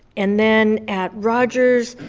and then at rogers,